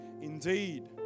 indeed